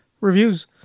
reviews